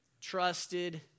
Trusted